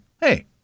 hey